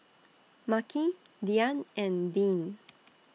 Makhi Diann and Deane